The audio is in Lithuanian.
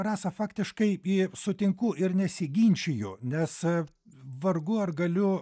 rasa faktiškai ji sutinku ir nesiginčiju nes vargu ar galiu